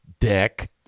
Dick